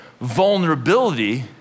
Vulnerability